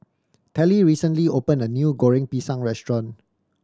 Telly recently opened a new Goreng Pisang restaurant